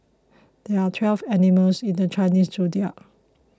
there are twelve animals in the Chinese zodiac